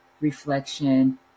reflection